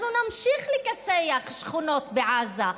אנחנו נמשיך לכסח שכונות בעזה,